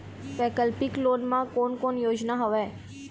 वैकल्पिक लोन मा कोन कोन योजना हवए?